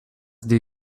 they